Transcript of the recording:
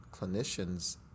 clinicians